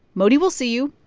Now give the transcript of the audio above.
modi will see you.